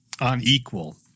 unequal